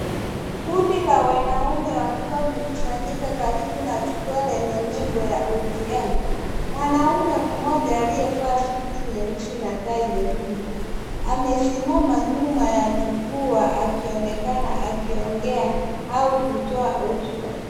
Kundi la wanaume wakiwa wamekusanyika karibu na jukwaa lenye nembo ya ODM. Mwanaume mmoja aliyevaa suti nyeusi na tai nyekundu, amesimama nyuma ya jukwaa akionekana akiongea au kutoa hotuba.